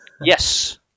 Yes